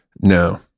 no